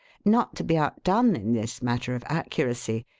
not to be outdone in this matter of accuracy,